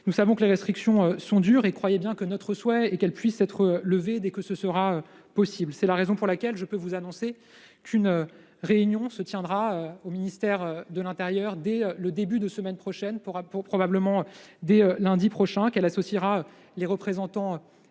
Nous savons que les restrictions sont dures, et croyez bien que notre souhait est qu'elles puissent être levées dès que possible. C'est la raison pour laquelle je peux vous annoncer qu'une réunion se tiendra au ministère de l'intérieur, dès le début de la semaine prochaine, probablement dès lundi prochain, en présence des représentants